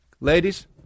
ladies